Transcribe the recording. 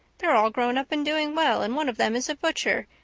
they're all grown up and doing well. and one of them is a butcher.